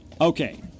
Okay